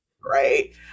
Right